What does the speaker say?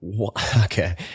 Okay